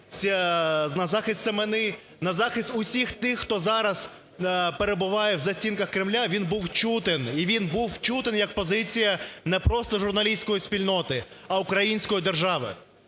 на захист Семени, на захист усіх тих, хто зараз перебуває в застінках Кремля, він був чутен, і він був чутен як позиція не просто журналістської спільноти, а української держави.